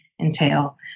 Entail